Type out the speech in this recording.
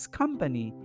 company